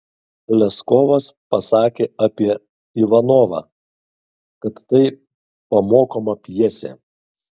leskovas pasakė apie ivanovą kad tai pamokoma pjesė